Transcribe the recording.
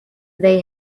they